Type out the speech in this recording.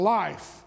life